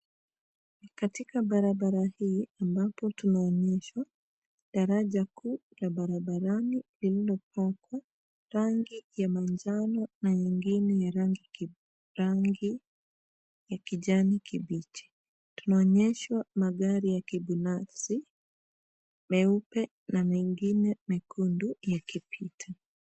Katika barabara hii ambapo tunaonyeshwa daraja kuu la barabarani lililopakwa rangi ya manjano na nyingine ya rangi ya kijani kibichi. Tunaonyeshwa magari ya kibinafsi meupe na mengine mekundu yakipita.